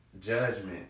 Judgment